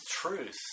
truth